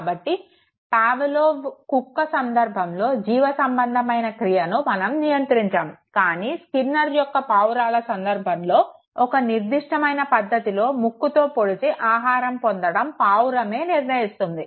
కాబట్టి పావలోవ్ కుక్క సందర్భంలో జీవసంబంధమైన క్రియను మనం నియంత్రించాము కానీ స్కిన్నర్ యొక్క పావురాల సందర్భంలో ఒక నిర్ధిస్టమైన పద్దతిలో ముక్కుతో పొడిచి ఆహారం పొందడం పావురమే నిర్ణయిస్తుంది